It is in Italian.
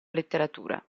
letteratura